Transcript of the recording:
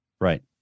Right